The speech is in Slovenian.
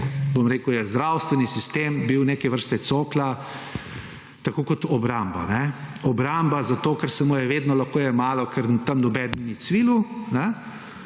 bom rekel, je zdravstveni sistem bil neke vrste cokla, tako kot obramba. Obramba zato, ker se mu je vedno, lahko je malo, ker tam nobeden ni cvilil,